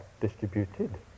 distributed